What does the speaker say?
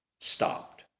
stopped